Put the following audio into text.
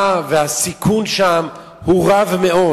הסיכון שם הוא רב מאוד.